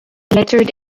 lettered